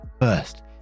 First